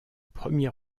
premier